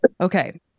Okay